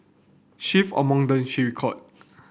chief among them she recall